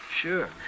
Sure